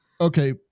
okay